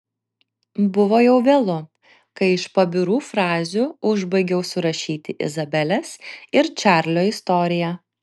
buvo jau vėlu kai iš pabirų frazių užbaigiau surašyti izabelės ir čarlio istoriją